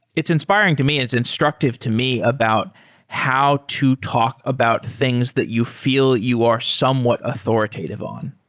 it's inspiring to me and it's instructive to me about how to talk about things that you feel you are somewhat authoritative on